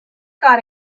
got